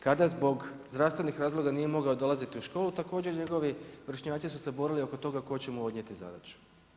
Kada zbog zdravstvenih razloga nije mogao dolaziti u školu također njegovi vršnjaci su se borili oko toga tko će mu odnijeti zadaću.